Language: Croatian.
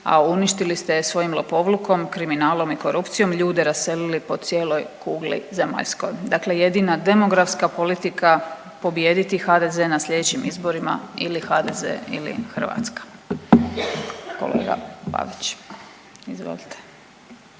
a uništili ste je svojim lopovlukom, kriminalom i korupcijom, ljude raselili po cijeloj kugli zemaljskoj, dakle jedina demografska politika pobijediti HDZ na slijedećim izborima ili HDZ ili Hrvatska. Kolega Pavić, izvolite.